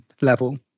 level